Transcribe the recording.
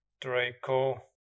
Draco